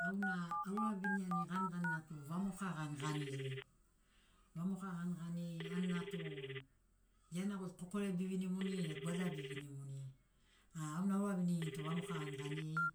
Auna auraviniani ganiganina tu vamoka ganiganiri vamoka ganiganiri anina tu iana goi kokore bevinimuni e goada bevinimuni a auna auravinirini tu vamoka ganiganiri